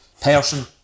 person